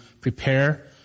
prepare